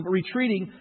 retreating